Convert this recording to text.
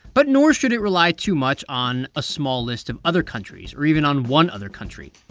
but nor should it rely too much on a small list of other countries or even on one other country.